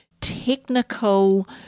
technical